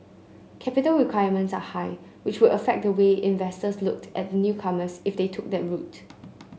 capital requirements are high which would affect the way investors looked at the newcomers if they took that route